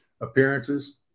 appearances